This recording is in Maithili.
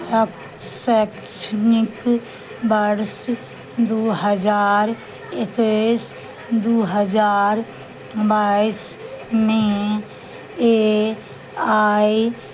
सरफ शैक्षणिक वर्ष दू हजार एकैस दू हजार बाइसमे ए आई